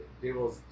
people